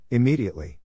Immediately